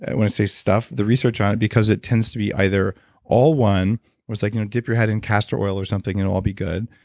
when i say stuff, the research on it, because it tends to be either all one where it's like, you know dip your head in castor oil or something and it'll all be good.